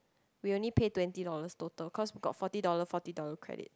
we only pay twenty dollars total cause got forty dollar forty dollar credit